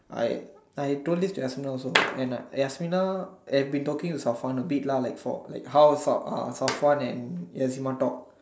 I I told this to just Haslina also and Haslina has been talking to a bit lah like for how uh Safwan and Yazima talk